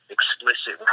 Explicit